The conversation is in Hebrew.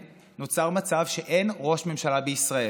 חברי הכנסת, נא לשמור על השקט.